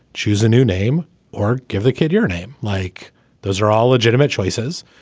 choose a new name or give the kid your name. like those are all legitimate choices.